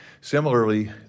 Similarly